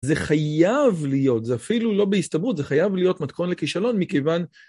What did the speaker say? זה חייב להיות, זה אפילו לא בהסתברות, זה חייב להיות מתכון לכישלון מכיוון